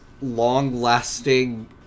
long-lasting